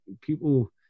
people